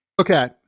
Okay